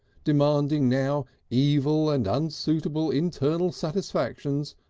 demanding now evil and unsuitable internal satisfactions,